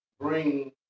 bring